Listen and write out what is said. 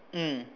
mm